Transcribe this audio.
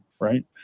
Right